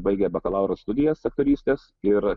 baigę bakalauro studijas aktorystės ir